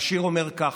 והשיר אומר כך: